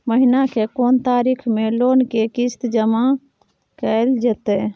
महीना के कोन तारीख मे लोन के किस्त जमा कैल जेतै?